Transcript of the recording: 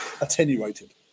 attenuated